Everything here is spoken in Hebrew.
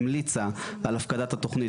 המליצה על הפקדת התוכנית,